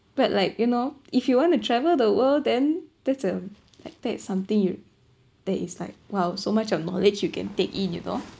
but like you know if you wanna travel the world then that's a like that's something you that is like !wow! so much of knowledge you can take in you know